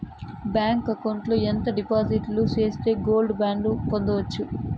Bank account లో ఎంత డిపాజిట్లు సేస్తే గోల్డ్ బాండు పొందొచ్చు?